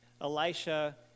Elisha